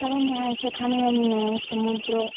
কারণ সেখানে সমুদ্র